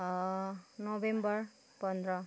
November पन्ध्र